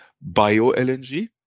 bio-LNG